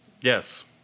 Yes